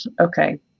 Okay